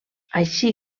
així